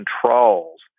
controls